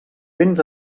vents